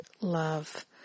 love